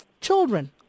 children